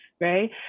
right